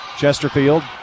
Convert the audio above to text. Chesterfield